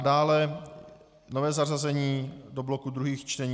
Dále nové zařazení do bloku druhých čtení.